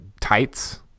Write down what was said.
tights